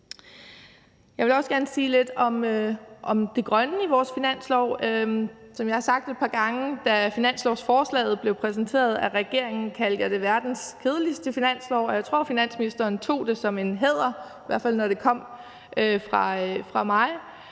Jeg vil også gerne sige lidt om det grønne i vores finanslov. Som jeg har sagt det et par gange, kaldte jeg finanslovsforslaget, da det blev præsenteret af regeringen, for verdens kedeligste finanslov, og jeg tror, at finansministeren tog det som en hæder, i hvert fald når det kom fra mig,